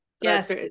Yes